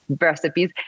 recipes